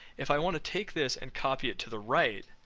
if i want to take this and copy it to the right,